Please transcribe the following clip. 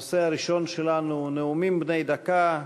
הנושא הראשון שלנו הוא נאומים בני דקה.